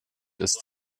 ist